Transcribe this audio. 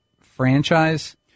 franchise